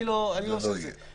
אני לא עושה את זה.